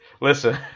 listen